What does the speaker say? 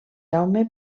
jaume